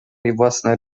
własne